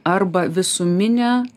arba visuminę